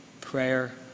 prayer